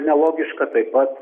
nelogiška taip pat